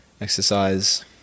Exercise